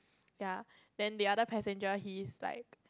ya then the other passenger he's like